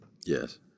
Yes